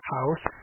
House